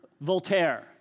Voltaire